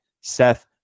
Seth